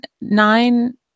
nine